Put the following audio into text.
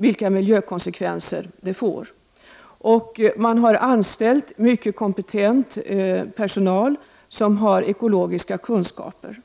vilka miljökonsekvenser de får. Man har anställt mycket kompetent personal som har ekologiska kunskaper.